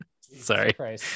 sorry